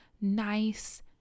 nice